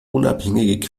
unabhängige